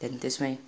त्यहाँदेखि त्यसमै